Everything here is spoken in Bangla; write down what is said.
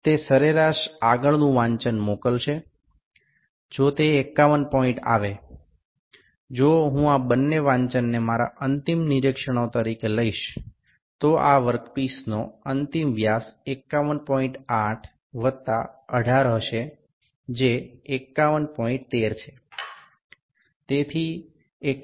সুতরাং যদি এটি ৫১ বিন্দুতেই আসে তাহলে গড় মানটি হবে পরবর্তী পাঠ যদি আমি এই দুটি পাঠকে আমার চূড়ান্ত পর্যবেক্ষণ হিসাবে গ্রহণ করি তবে এই কাজের টুকরোটির চূড়ান্ত ব্যাস হবে ৫১৮ যুক্ত ১৮ এর গড় ৫১১৩